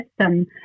system